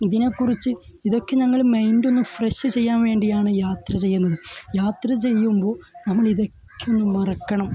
ഇതിനെ കുറിച്ച് ഇതൊക്കെ ഞങ്ങൾ മൈൻഡൊന്നു ഫ്രഷ് ചെയ്യാൻ വേണ്ടിയാണ് യാത്ര ചെയ്യുന്നത് യാത്ര ചെയ്യുമ്പോൾ നമ്മളിതൊക്കെ അങ്ങു മറക്കണം